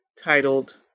titled